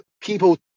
people